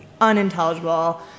unintelligible